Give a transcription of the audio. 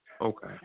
Okay